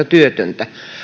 työtöntä